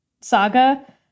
saga